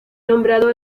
nombrado